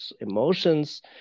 emotions